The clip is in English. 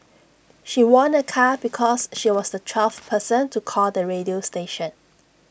she won A car because she was the twelfth person to call the radio station